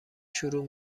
شروع